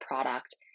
product